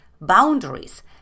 boundaries